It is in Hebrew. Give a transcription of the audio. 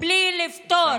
בלי לפתור